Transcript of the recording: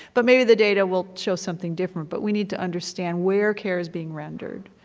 but maybe the data will show something different, but we need to understand where care is being rendered,